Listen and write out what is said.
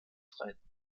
reiten